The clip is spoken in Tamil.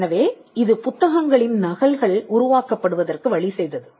எனவே இது புத்தகங்களின் நகல்கள் உருவாக்கப்படுவதற்கு வழி செய்தது